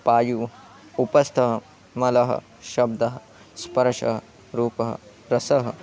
पायुः उपस्थः मलः शब्दः स्पर्शः रूपः रसः